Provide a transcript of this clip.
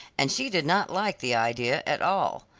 and she did not like the idea at all.